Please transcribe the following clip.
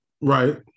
Right